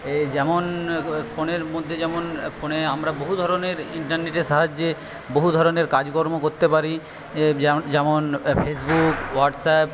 যেমন ফোনের মধ্যে যেমন ফোনে আমরা বহু ধরনের ইন্টারনেটের সাহায্যে বহু ধরনের কাজকর্ম করতে পারি যেমন যেমন ফেসবুক হোয়াটসঅ্যাপ